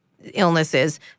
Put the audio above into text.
illnesses